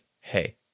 hey